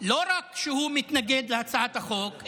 לא רק שהוא מתנגד להצעת החוק,